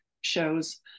shows